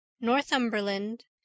Northumberland